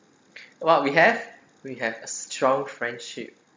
what we have we have a strong friendship